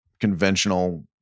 conventional